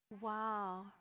Wow